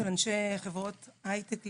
של אנשי חברות הייטק למיניהם.